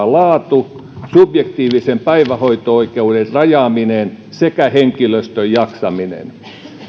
laatu subjektiivisen päivähoito oikeuden rajaaminen sekä henkilöstön jaksaminen